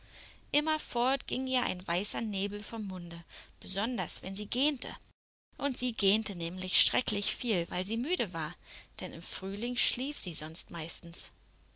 immerfort ging ihr ein weißer nebel vom munde besonders wenn sie gähnte und sie gähnte nämlich schrecklich viel weil sie müde war denn im frühling schlief sie sonst meistens